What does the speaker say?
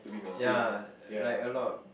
ya like a lot